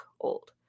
old